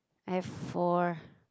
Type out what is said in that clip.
I have four